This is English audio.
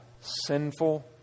sinful